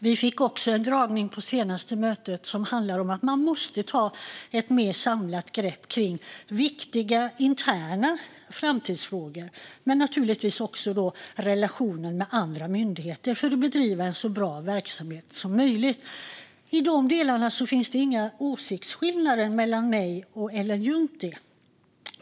Vi fick också på det senaste mötet en dragning som handlar om att man måste ta ett mer samlat grepp kring viktiga interna framtidsfrågor, men naturligtvis också kring frågan om relationen med andra myndigheter, för att bedriva en så bra verksamhet som möjligt. I dessa delar finns det inga åsiktsskillnader mellan mig och Ellen Juntti.